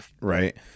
right